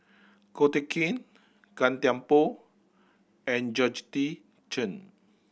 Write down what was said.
Ko Teck Kin Gan Thiam Poh and Georgette Chen